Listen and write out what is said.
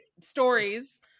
Stories